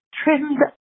trimmed